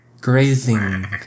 grazing